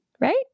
right